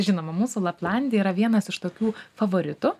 žinoma mūsų laplandija yra vienas iš tokių favoritų